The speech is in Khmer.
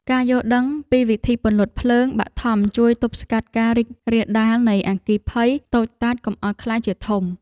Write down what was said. ការយល់ដឹងពីវិធីពន្លត់ភ្លើងបឋមជួយទប់ស្កាត់ការរីករាលដាលនៃអគ្គិភ័យតូចតាចកុំឱ្យក្លាយជាធំ។